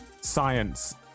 science